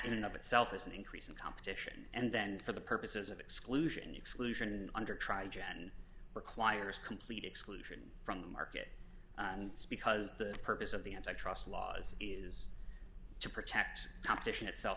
of itself is an increase in competition and then for the purposes of exclusion exclusion under try gen requires complete exclusion from the market because the purpose of the antitrust laws is to protect competition itself